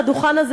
על הדוכן הזה,